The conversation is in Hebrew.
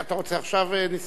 אתה רוצה עכשיו, נסים?